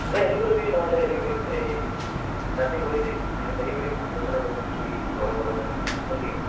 দে হেৰি কৰিবি নহ'লে হেৰি কৰিম এই ৰাতি বহি দিম হেৰি কৰিম আলোচনা কৰিম কি ল'ব পৰা যায় নে কি